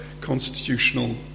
constitutional